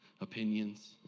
opinions